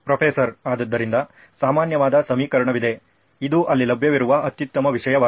professor ಆದ್ದರಿಂದ ಸಾಮಾನ್ಯವಾದ ಸಮೀಕರಣವಿದೆ ಇದು ಅಲ್ಲಿ ಲಭ್ಯವಿರುವ ಅತ್ಯುತ್ತಮ ವಿಷಯವಾಗಿದೆ